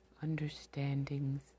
understandings